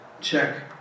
check